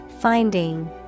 Finding